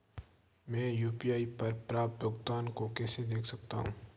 मैं यू.पी.आई पर प्राप्त भुगतान को कैसे देख सकता हूं?